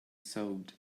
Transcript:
sobbed